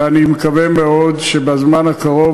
ואני מקווה מאוד שבזמן הקרוב,